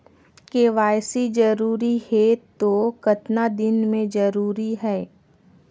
KYC जरूरी हे तो कतना दिन मे जरूरी है?